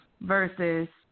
versus